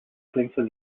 clemson